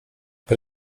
bei